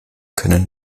können